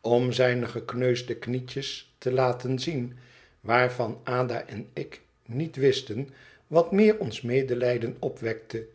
om zijne gekneusde knietjes te laten zien waarvan ada en ik niet wisten wat meer ons medelijden opwekte